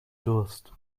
durst